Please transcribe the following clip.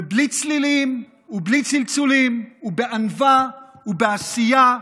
ובלי צלילים ובלי צלצולים, ובענווה, ובעשייה,